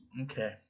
Okay